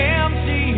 empty